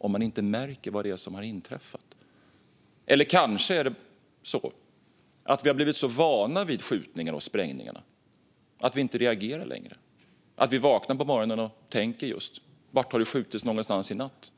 för att inte märka vad det är som har inträffat. Eller kanske är det så att vi har blivit så vana vid skjutningarna och sprängningarna att vi inte längre reagerar utan vaknar på morgonen och tänker "Var har det skjutits i natt?"